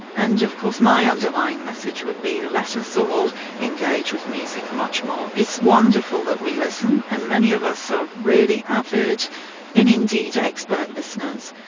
and of course my underlying message would be let us all engage with the music much more. it's wonderful that we listen, and many of us are really avid and indeed expert listeners,